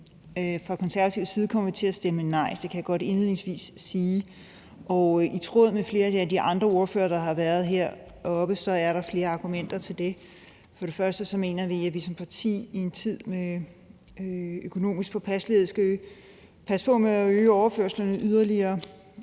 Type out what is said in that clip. Fra konservativ side kommer vi til at stemme nej, det kan jeg godt indledningsvis sige. I tråd med flere af de andre ordførere, der har været heroppe, er der flere argumenter til det. For det første mener vi som parti, at vi i en tid med økonomisk påpasselighed skal passe på med at øge overførslerne yderligere.